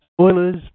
spoilers